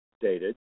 dated